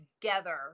together